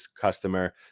customer